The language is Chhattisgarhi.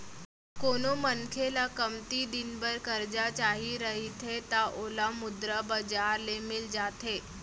कोनो मनखे ल कमती दिन बर करजा चाही रहिथे त ओला मुद्रा बजार ले मिल जाथे